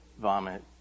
Vomit